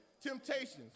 Temptations